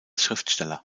schriftsteller